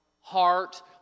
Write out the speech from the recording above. heart